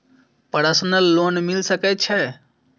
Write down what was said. Personal loan मिल सके छे?